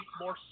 more